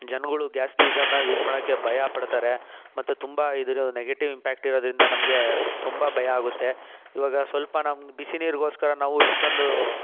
ಜನಗಳು ಗ್ಯಾಸ್ ಗೀಜರ್ನ ಯೂಸ್ ಮಾಡೋಕ್ಕೆ ಭಯ ಪಡ್ತಾರೆ ಮತ್ತೆ ತುಂಬ ಇದರ ನೆಗೆಟಿವ್ ಇಂಪ್ಯಾಕ್ಟ್ ಇರೋದ್ರಿಂದ ನಮಗೆ ತುಂಬ ಭಯ ಆಗುತ್ತೆ ಇವಾಗ ಸ್ವಲ್ಪ ನಮ್ಮ ಬಿಸಿ ನೀರಿಗೋಸ್ಕರ ನಾವು ಇಷ್ಟೊಂದು